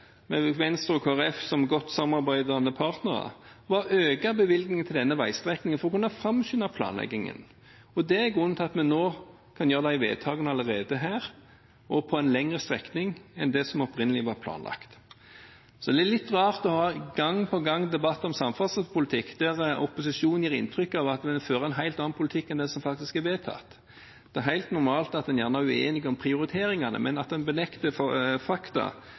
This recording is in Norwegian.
med Venstre og Kristelig Folkeparti som godt samarbeidende partnere, var å øke bevilgningene til denne veistrekningen for å kunne framskynde planleggingen. Det er grunnen til at vi kan gjøre vedtaket allerede nå og om en lengre strekning enn det som opprinnelig var planlagt. Så det er litt rart gang på gang å ha debatt om samferdselspolitikk der opposisjonen gir inntrykk av at vi fører en helt annen politikk enn det som faktisk er vedtatt. Det er helt normalt at en gjerne er uenige om prioriteringene, men at en benekter fakta,